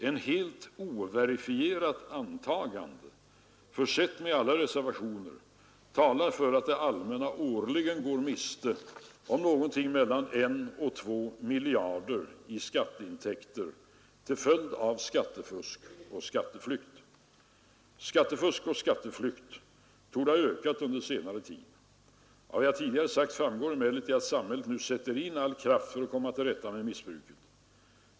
Ett helt overifierat antagande försett med alla reservationer talar för att det allmänna årligen går miste om 1—2 miljarder i skatteintäkter till följd av skattefusk och skatteflykt Skattefusk och skatteflykt torde ha ökat under senare tid. Av vad jag tidigare sagt framgår emellertid att samhället nu sätter in all kraft för att komma till rätta med missbruket.